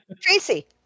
Tracy